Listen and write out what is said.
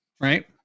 right